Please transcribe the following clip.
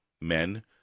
men